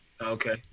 Okay